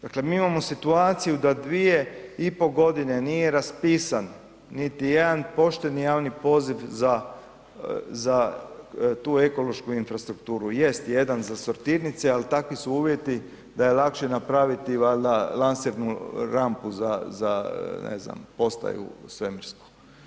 Dakle, mi imamo situaciju da 2,5 godine nije raspisan niti jedan pošteni javni poziv za tu ekološku infrastrukturu, jest jedan za sortirnice, ali takvi su uvjeti da je lakše napraviti valjda lansirnu rampu za ne znam za postaju svemirsku.